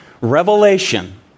revelation